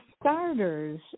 starters